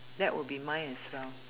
that will be mine as well